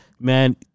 man